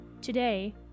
Today